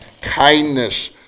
kindness